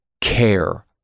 care